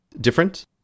different